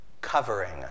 Covering